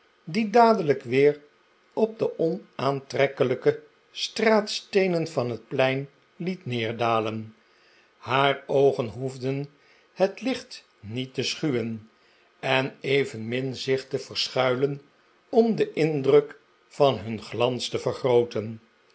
die dadelijk weer op de onaantrekkelijke straatsteenen van het plein liet neerdalen haar oogen hoefden het licht niet te schuwen en evenmin zich te verschuilen om den indruk van hun glans te vergrooten